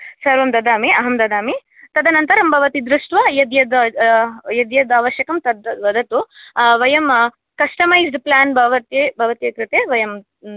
सर्वं ददामि अहं ददामि तदनन्तरं भवती दृष्ट्वा यद् यद् यद् यद् अवश्यकं तद् वदतु वयं कष्टमैज़्ड् प्लान् भवति भवती कृते वयं